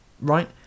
Right